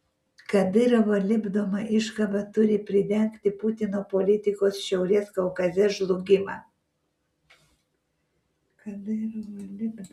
kadyrovo lipdoma iškaba turi pridengti putino politikos šiaurės kaukaze žlugimą